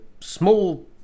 small